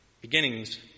beginnings